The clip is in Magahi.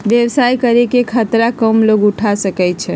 व्यवसाय करे के खतरा कम लोग उठा सकै छै